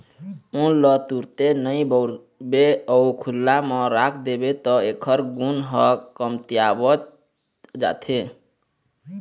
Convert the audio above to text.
ऊन ल तुरते नइ बउरबे अउ खुल्ला म राख देबे त एखर गुन ह कमतियावत जाथे